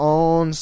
on